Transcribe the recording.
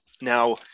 now